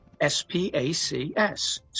S-P-A-C-S